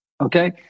Okay